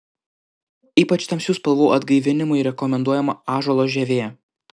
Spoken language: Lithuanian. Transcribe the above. ypač tamsių spalvų atgaivinimui rekomenduojama ąžuolo žievė